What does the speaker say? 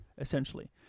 essentially